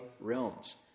realms